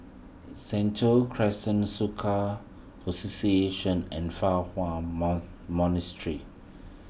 Sentul Crescent Soka Association and Fa Hua